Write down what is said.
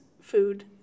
food